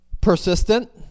Persistent